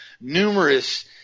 numerous